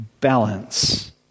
Balance